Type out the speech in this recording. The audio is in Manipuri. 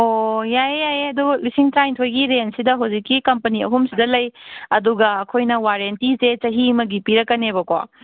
ꯑꯣ ꯌꯥꯏꯌꯦ ꯌꯥꯏꯌꯦ ꯑꯗꯨ ꯂꯤꯁꯡ ꯇꯔꯥꯅꯤꯊꯣꯏꯒꯤ ꯔꯦꯟꯁꯁꯤꯗ ꯍꯧꯖꯤꯛꯀꯤ ꯀꯝꯄꯅꯤ ꯑꯍꯨꯝꯁꯤꯗ ꯂꯩ ꯑꯗꯨꯒ ꯑꯩꯈꯣꯏꯅ ꯋꯥꯔꯦꯟꯇꯤꯁꯦ ꯆꯍꯤ ꯑꯃꯒꯤ ꯄꯤꯔꯛꯀꯅꯦꯕꯀꯣ